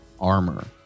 armor